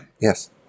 Yes